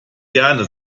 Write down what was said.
gerne